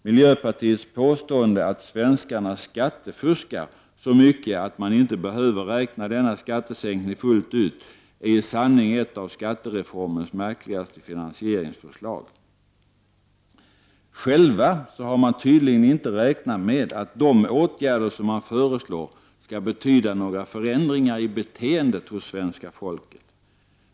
Miljöpartiets påstående att svenskarna skattefuskar så mycket att man inte behöver räkna denna skattesänkning fullt ut gör i sanning miljöpartiets förslag till ett av skattereformens märkligaste finansieringsförslag. Själva har de tydligen inte räknat med att de åtgärder de föreslår skall be 47 tyda några förändringar i beteendet hos svenska folket.